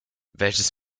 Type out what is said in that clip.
welches